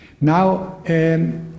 Now